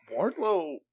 Wardlow